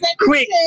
Quick